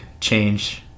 change